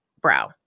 brow